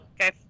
Okay